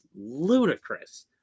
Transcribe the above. ludicrous